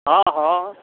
हँ हँ